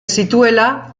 zituela